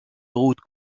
routes